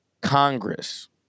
Congress